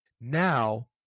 Now